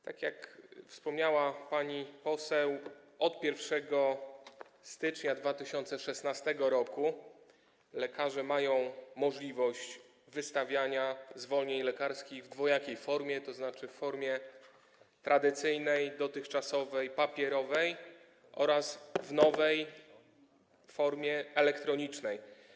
Tak jak wspomniała pani poseł, od 1 stycznia 2016 r. lekarze mają możliwość wystawiania zwolnień lekarskich w dwojakiej formie, to znaczy w formie tradycyjnej, dotychczasowej - papierowej oraz w nowej formie - elektronicznej.